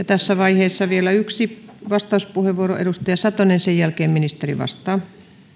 tässä vaiheessa vielä yksi vastauspuheenvuoro edustaja satoselle sen jälkeen ministeri vastaa